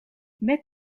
met